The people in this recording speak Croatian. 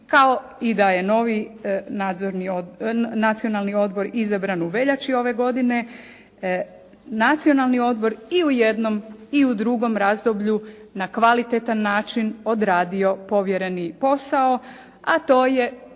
kao i daje novi Nacionalni odbor izabran u veljači ove godine. Nacionalni odbor i u jednom i u drugom razdoblju na kvalitetan način odredio povjereni posao, a to je